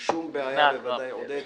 בעיה בוודאי, עודד.